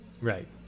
Right